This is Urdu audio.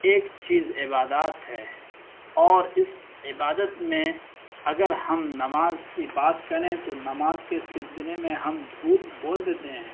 ایک چیز عبادات ہے اور اس عبادت میں اگر ہم نماز کی بات کریں تو نماز کے سلسلے میں ہم جھوٹ بول دیتے ہیں